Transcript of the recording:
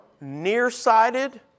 nearsighted